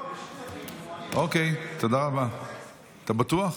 אתה בטוח?